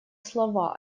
слова